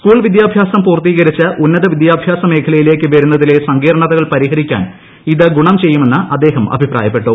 school വിദ്യാഭ്യാസം പ്പൂർത്തീകരിച്ച് ഉന്നത വിദ്യാഭ്യാസ മേഖലയിലേക്ക് വരുന്നുതില്ലെ സങ്കീർണതകൾ പരിഹരിക്കാൻ ഇത് ഗുണം ചെയ്യുമ്മെന്ന് അദ്ദേഹം അഭിപ്രായപ്പെട്ടു